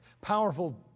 powerful